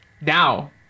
Now